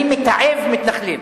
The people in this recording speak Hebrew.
אני מתעב מתנחלים.